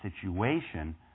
situation